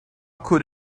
could